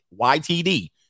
ytd